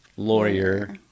lawyer